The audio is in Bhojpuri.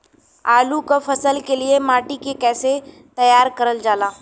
आलू क फसल के लिए माटी के कैसे तैयार करल जाला?